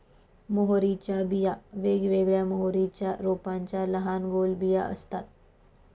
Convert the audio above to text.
मोहरीच्या बिया वेगवेगळ्या मोहरीच्या रोपांच्या लहान गोल बिया असतात